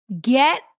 Get